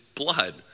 blood